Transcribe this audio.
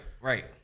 right